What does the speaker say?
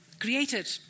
created